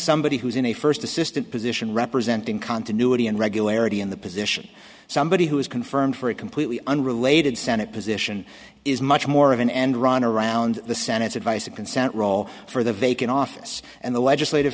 somebody who's in a first assistant position representing continuity and regularity in the position somebody who is confirmed for a completely unrelated senate position is much more of an end run around the senate's advice and consent role for the vacant office and the legislative